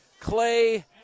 Clay